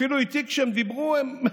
אפילו איתי כשהם דיברו הם,